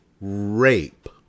rape